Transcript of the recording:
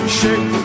shake